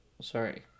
sorry